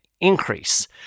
increase